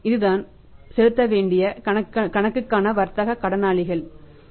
இதுதான் செலுத்த வேண்டிய கணக்குகளுக்கான வர்த்தக கடனாளிகள் 30